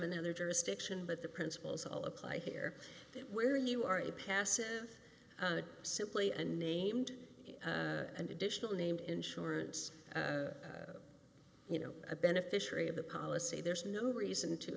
another jurisdiction but the principles all apply here where you are a passive simply and named and additional named insurance you know a beneficiary of the policy there's no reason to